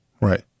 right